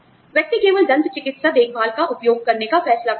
व्यक्ति केवल दंत चिकित्सा देखभाल का उपयोग करने का फैसला करता है